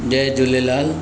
Jay Jhulelal